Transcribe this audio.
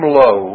low